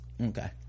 okay